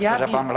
Ja